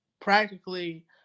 practically